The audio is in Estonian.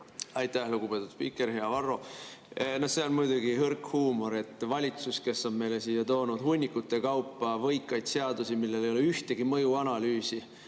Aitäh, lugupeetud spiiker! Hea Varro! See on muidugi hõrk huumor, et valitsus, kes on meile toonud siia hunnikute kaupa võikaid seadusi, millel ei ole ühtegi mõjuanalüüsi